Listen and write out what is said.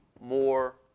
more